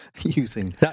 using